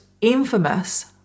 infamous